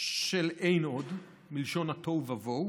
של אין עוד" מלשון התוהו ובוהו,